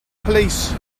police